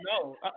No